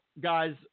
guys –